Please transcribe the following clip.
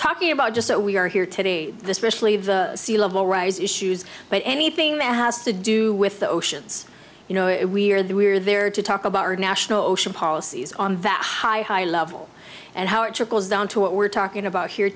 talking about just so we are here today especially the sea level rise issues but anything that has to do with the oceans you know it we're there we're there to talk about our national policies on that high high level and how it trickles down to what we're talking about here